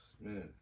man